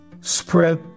spread